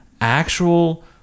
actual